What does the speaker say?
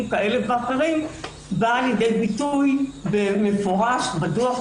כאלה ואחרים באה לידי ביטוי במפורש בדוח.